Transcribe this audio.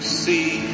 see